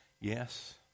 Yes